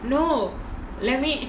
no let me